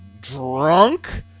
drunk